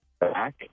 back